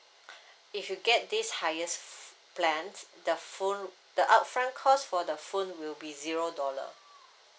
if you get this highest plans the phone the upfront cost for the phone will be zero dollar